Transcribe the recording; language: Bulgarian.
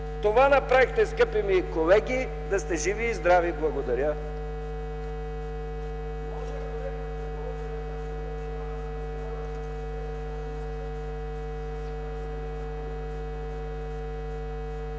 Това направихте, скъпи ми колеги, да сте живи и здрави! Благодаря.